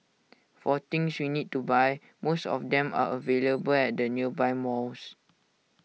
for things we need to buy most of them are available at the nearby malls